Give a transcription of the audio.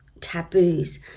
taboos